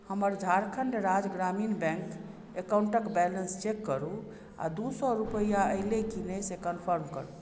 हमर झारखण्ड राज्य ग्रामीण बैंक अकाउन्टके बैलेन्स चेक करू आओर दू सए रुपैआ एलै कि नहि से कन्फर्म करू